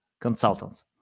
consultants